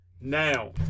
Now